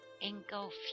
engulf